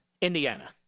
Indiana